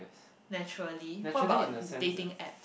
naturally what about dating app